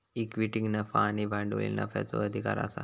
इक्विटीक नफा आणि भांडवली नफ्याचो अधिकार आसा